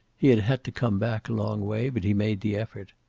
he had had to come back a long way, but he made the effort.